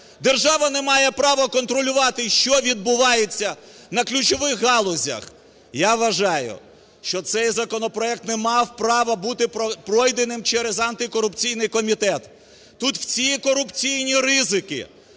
Держава не має права контролювати, що відбувається на ключових галузях. Я вважаю, що цей законопроект не мав права бути пройденим через антикорупційний комітет. Тут всі корупційні ризики,